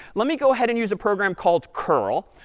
let me go ahead and use a program called curl.